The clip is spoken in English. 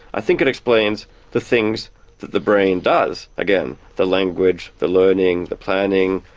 i think it explains the things that the brain does again, the language, the learning, the planning,